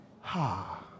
Ha